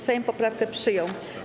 Sejm poprawkę przyjął.